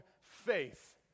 faith